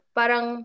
parang